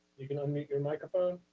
you can unmute your microphone.